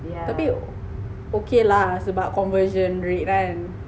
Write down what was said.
tapi o~ okay lah sebab conversion rate kan